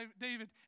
David